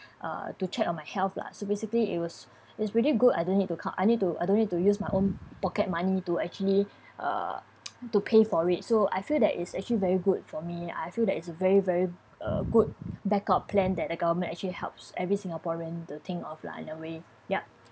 uh to check on my health lah so basically it was is really good I don't need to co~ I need to I don't need to use my own pocket money to actually uh to pay for it so I feel that is actually very good for me I feel that it's very very uh good backup plan that the government actually helps every singaporean to think of lah in a way yup